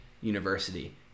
University